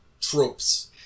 tropes